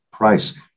price